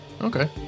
Okay